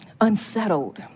unsettled